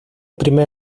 primer